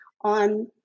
on